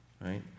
right